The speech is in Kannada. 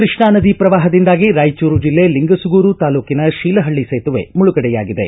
ಕೃಷ್ಣಾ ನದಿ ಪ್ರವಾಹದಿಂದಾಗಿ ರಾಯಚೂರು ಜಿಲ್ಲೆ ಲಂಗಸೂಗೂರು ತಾಲೂಕಿನ ಶೀಲಹಳ್ಳ ಸೇತುವೆ ಮುಳುಗಡೆಯಾಗಿದೆ